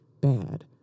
bad